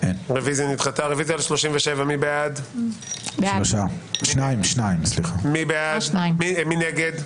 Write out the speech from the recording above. הצבעה בעד, 4 נגד,